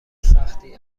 سختی